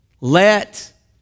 let